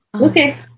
okay